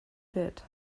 bit